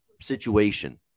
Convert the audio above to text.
situation